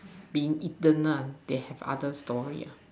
being eaten nah they have other story ah